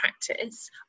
practice